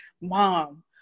Mom